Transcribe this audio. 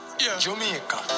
Jamaica